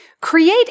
Create